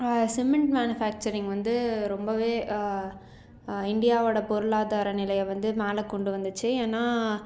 cement manufacturing வந்து ரொம்பவே இண்டியாவோட பொருளாதார நிலைய வந்து மேலே கொண்டு வந்துச்சு ஏன்னா